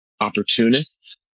opportunists